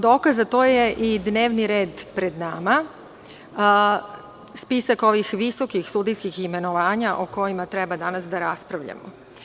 Dokaz za to je i dnevni red pred nama, spisak ovih visokih sudijskih imenovanja o kojima treba danas da raspravljamo.